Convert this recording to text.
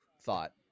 thought